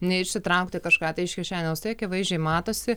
neišsitraukti kažką tai iš kišenės tai akivaizdžiai matosi